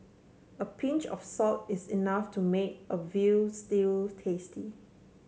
a pinch of salt is enough to make a veal stew tasty